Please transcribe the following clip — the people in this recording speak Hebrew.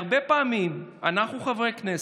הרבה פעמים אנחנו, חברי הכנסת,